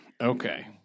Okay